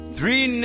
Three